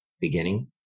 beginning